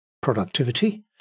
productivity